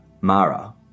Mara